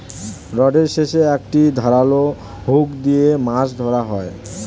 রডের শেষে একটি ধারালো হুক দিয়ে মাছ ধরা হয়